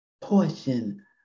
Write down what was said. portion